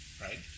right